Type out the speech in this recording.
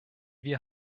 wir